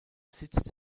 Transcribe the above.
sitz